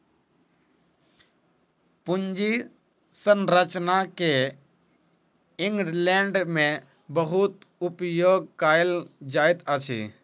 पूंजी संरचना के इंग्लैंड में बहुत उपयोग कएल जाइत अछि